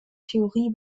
theorie